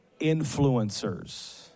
influencers